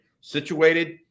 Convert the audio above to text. situated